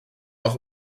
auch